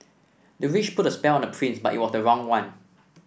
the witch put a spell on the prince but it was the wrong one